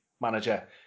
manager